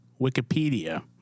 Wikipedia